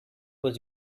was